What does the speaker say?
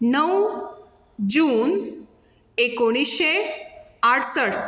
णव जून एकोणिश्शे आडसठ